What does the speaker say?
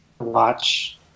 watch